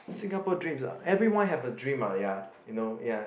Singapore dreams ah everyone have a dream ah ya you know ya